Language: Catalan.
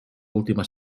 última